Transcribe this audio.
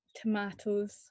tomatoes